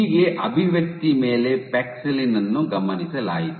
ಹೀಗೆ ಅಭಿವ್ಯಕ್ತಿ ಮೇಲೆ ಪ್ಯಾಕ್ಸಿಲಿನ್ ಅನ್ನು ಗಮನಿಸಲಾಯಿತು